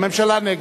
הממשלה נגד.